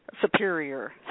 superior